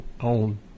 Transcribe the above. own